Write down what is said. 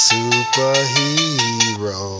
Superhero